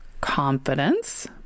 confidence